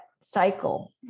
cycle